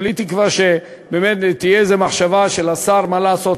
וכולי תקווה שתהיה איזה מחשבה של השר מה לעשות,